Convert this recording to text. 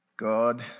God